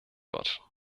wird